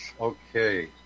Okay